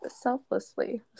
selflessly